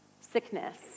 Sickness